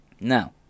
Now